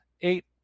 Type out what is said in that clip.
Eight